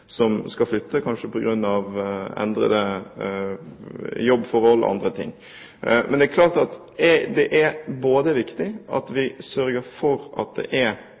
som skal flytte, kanskje på grunn av endrede jobbforhold og andre ting. Det er klart at det er viktig at vi sørger for at det er